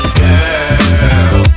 girl